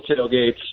tailgates